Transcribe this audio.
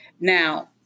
Now